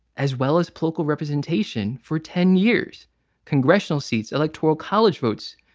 as well as local representation for ten years congressional seats, electoral college votes,